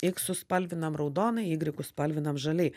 iksus spalvinam raudonai ygrikus spalvinam žaliai